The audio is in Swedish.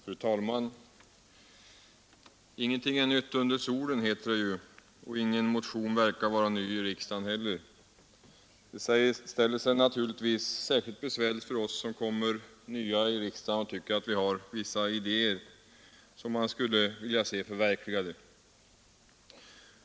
Fru talman! Ingenting är nytt under solen, heter det, och ingen motion verkar vara ny i riksdagen heller. Det ställer sig naturligtvis särskilt besvärligt för oss som kommer nya i riksdagen och tycker att vi har vissa idéer, som vi skulle vilja se förverkligade.